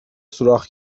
سوراخ